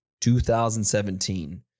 2017